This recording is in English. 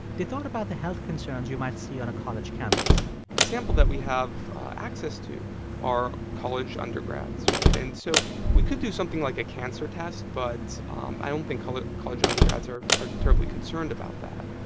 they thought about the health concerns you might see on a college campus the sample that we have access to are college undergrads, right? and so we could do something like a cancer test, but um i don't think college college undergrads are are terribly concerned about that.